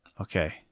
okay